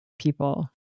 people